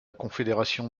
confédération